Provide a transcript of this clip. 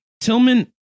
Tillman